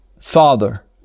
father